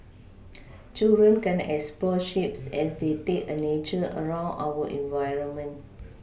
children can explore shapes as they take a nature around our environment